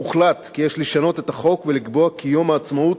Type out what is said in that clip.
והוחלט כי יש לשנות את החוק ולקבוע כי יום העצמאות